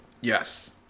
yes